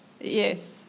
Yes